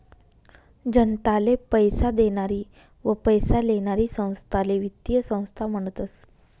जनताले पैसा देनारी व पैसा लेनारी संस्थाले वित्तीय संस्था म्हनतस